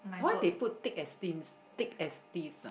why they put thick as thin thick as theives ah